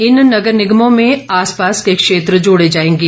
इन नगर निगमों में आस पास के क्षेत्र जोड़े जाएंगे